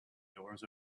doors